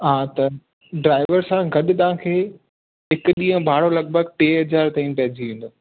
हा त ड्राइवर सां गॾु तव्हांखे हिकु ॾींहुं जो भाड़ो लॻिभॻि टे हज़ार ताईं पइजी वेंदो